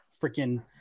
freaking